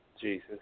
Jesus